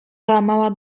załamała